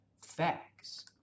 facts